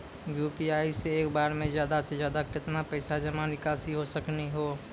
UPI से एक बार मे ज्यादा से ज्यादा केतना पैसा जमा निकासी हो सकनी हो?